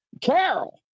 Carol